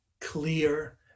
clear